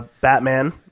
Batman